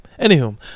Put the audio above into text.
Anywho